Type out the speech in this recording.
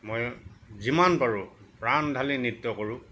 মই যিমান পাৰোঁ প্ৰাণ ঢালি নৃত্য কৰোঁ